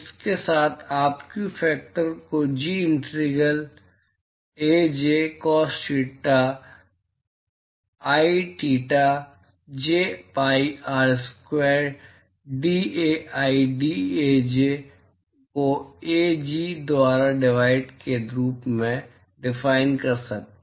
इसके साथ अब हम व्यू फैक्टर को G integral A J cos theta I theta J pi R square DAI DAJ को ऐ जी द्वारा डिवाइड के रूप में डिफाइन कर सकते हैं